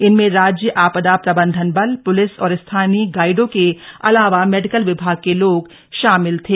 इनमें राज्य आपदा प्रबंधन बल पुलिस और स्थानीय गाइडों के अलावा मेडिकल विमाग के लोग शामिल थे